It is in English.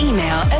Email